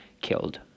killed